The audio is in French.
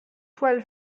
toile